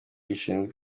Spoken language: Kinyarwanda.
gishinzwe